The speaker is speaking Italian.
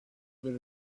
per